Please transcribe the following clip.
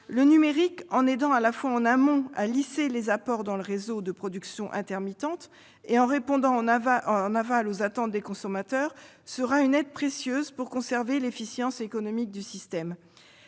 Le numérique, en contribuant en amont à lisser les apports dans le réseau de productions intermittentes et en répondant aux attentes des consommateurs en aval, sera une aide précieuse pour conserver l'efficience économique du système.